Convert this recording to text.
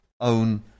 own